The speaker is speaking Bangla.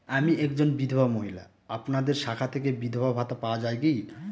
আমি একজন বিধবা মহিলা আপনাদের শাখা থেকে বিধবা ভাতা পাওয়া যায় কি?